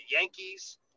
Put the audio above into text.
Yankees